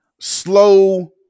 slow